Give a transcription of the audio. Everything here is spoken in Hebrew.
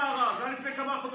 זה עניין של זכויות